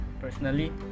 personally